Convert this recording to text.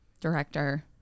director